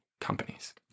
companies